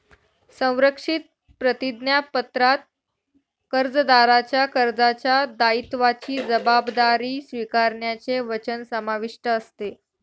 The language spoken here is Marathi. संरक्षित प्रतिज्ञापत्रात कर्जदाराच्या कर्जाच्या दायित्वाची जबाबदारी स्वीकारण्याचे वचन समाविष्ट असते